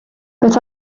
but